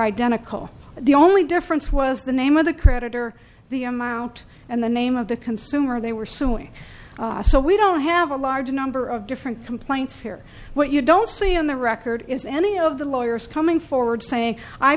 identical the only difference was the name of the creditor the amount and the name of the consumer they were suing so we don't have a large number of different complaints here what you don't see on the record is any of the lawyers coming forward saying i